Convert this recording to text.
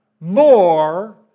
more